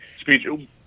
speech